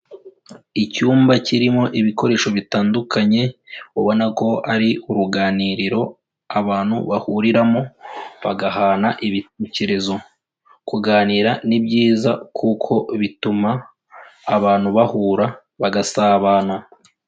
Icyumba kirimo ibikoresho bitandukanye ubona ko ari uruganiriro abantu bahuriramo bagahana ibitekerezo, kuganira ni byiza kuko bituma abantu bahura bagasabana.